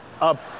up